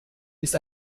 ist